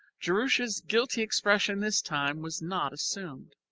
jerusha's guilty expression this time was not assumed.